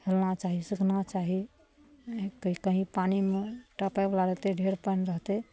Helena चाही सीखना चाही कही पानिमे टपयवला रहतइ ढेर पानि रहतइ